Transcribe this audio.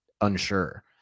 unsure